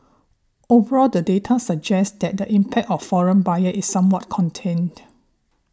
overall the data suggests that the impact of foreign buyer is somewhat contained